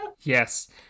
Yes